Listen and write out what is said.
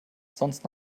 sonst